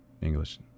English